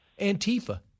Antifa